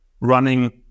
running